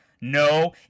no